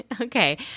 Okay